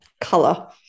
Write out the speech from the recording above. color